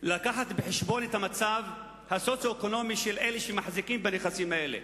להביא בחשבון את המצב הסוציו-אקונומי של אלה שמחזיקים בנכסים האלה.